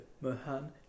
Mohan